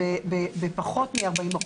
בפחות מ-40%.